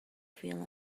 feel